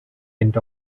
went